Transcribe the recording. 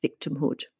victimhood